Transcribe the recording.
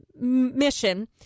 mission